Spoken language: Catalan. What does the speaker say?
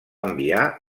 enviar